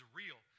real